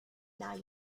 now